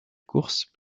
course